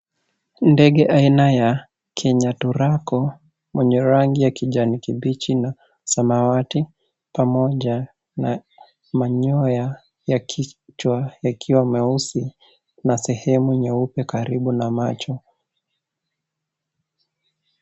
Ndege aina ya Kenya Tauraco mwenye rangi ya kijani kibichi na samawati pamoja na manyoya ya kichwa yakiwa meusi na sehemu nyeupe karibu na macho.